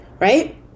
right